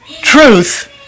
truth